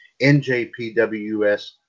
NJPWS